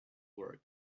work